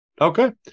okay